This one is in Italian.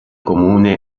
comune